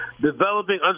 developing